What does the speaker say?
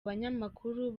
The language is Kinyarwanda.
banyamakuru